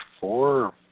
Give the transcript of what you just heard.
four